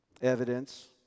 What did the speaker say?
evidence